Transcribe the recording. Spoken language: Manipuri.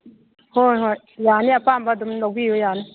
ꯍꯣꯏ ꯍꯣꯏ ꯌꯥꯅꯤ ꯑꯄꯥꯝꯕ ꯑꯗꯨꯝ ꯂꯧꯕꯤꯌꯨ ꯌꯥꯅꯤ